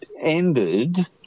ended